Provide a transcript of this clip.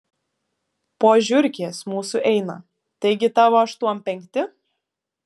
po žiurkės mūsų eina taigi tavo aštuom penkti